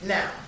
Now